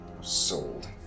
Sold